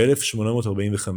ב-1845,